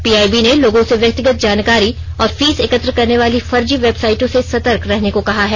PIB ने लोगों से व्यक्तिगत जानकारी और फीस एकत्र करने वाली फर्जी बेवसाइटों से सतर्क रहने को कहा है